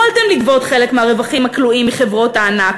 יכולתם לגבות חלק מהרווחים הכלואים מחברות הענק,